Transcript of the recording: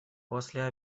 после